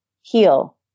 heal